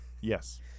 Yes